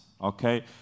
Okay